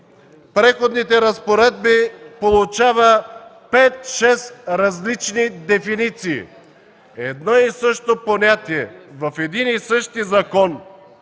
Преходните разпоредби получава 5-6 различни дефиниции! Едно и също понятие в един и същи закон